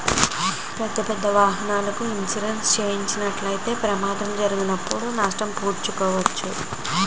పెద్దపెద్ద వాహనాలకు ఇన్సూరెన్స్ చేసినట్లయితే ప్రమాదాలు జరిగితే నష్టం పూడ్చుకోవచ్చు